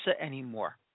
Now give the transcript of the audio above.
anymore